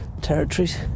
territories